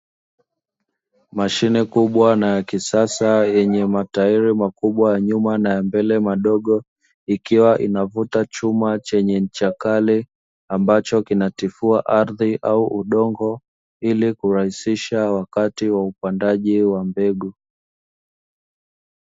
Mashine kubwa na ya kisasa yenye matairi ya nyuma na ya mbele madogo, ikiwa inavuta chuma chenye ncha kali ambacho kinatifua ardhi au udongo ili kurahisisha wakati wa upandaji wa mbegu.